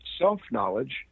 self-knowledge